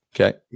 okay